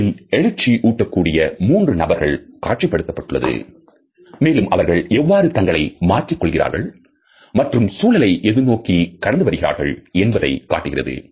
இதில் எழுச்சி ஊட்டக்கூடிய மூன்று நபர்கள் காட்சிப்படுத்தப்பட்டுள்ளது மேலும் அவர்கள் எவ்வாறு தங்களை மாற்றிக் கொள்கிறார்கள் மற்றும் சூழலை எதிர்நோக்கி கடந்து வருகிறார்கள் என்பதை காட்டுகிறது